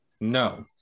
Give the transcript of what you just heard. No